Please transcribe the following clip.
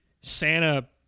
Santa